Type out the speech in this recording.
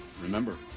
Remember